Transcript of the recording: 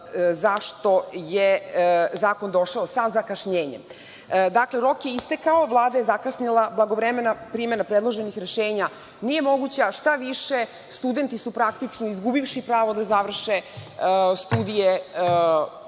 zašto je zakon došao sa zakašnjenjem. Dakle, rok je istekao, Vlada je zakasnila, blagovremena primena predloženih rešenja nije moguća, šta više studenti su praktično izgubivši pravo da završe studije po